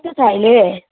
कस्तो छ अहिले